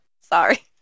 Sorry